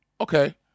okay